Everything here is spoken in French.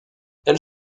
elle